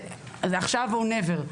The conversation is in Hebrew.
זה עכשיו או לעולם לא,